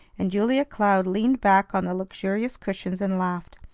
and julia cloud leaned back on the luxurious cushions and laughed.